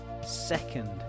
second